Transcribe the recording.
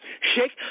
Shake